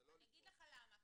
אני אגיד לך למה,